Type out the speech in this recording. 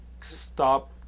Stop